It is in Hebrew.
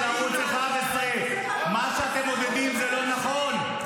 ערוץ 11. מה שאתם מודדים זה לא נכון.